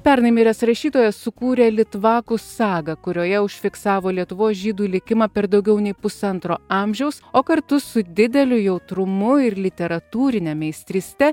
pernai miręs rašytojas sukūrė litvakų saga kurioje užfiksavo lietuvos žydų likimą per daugiau nei pusantro amžiaus o kartu su dideliu jautrumu ir literatūrine meistryste